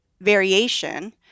variation